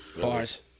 Bars